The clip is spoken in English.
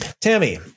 Tammy